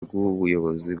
rw’ubuyobozi